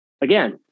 again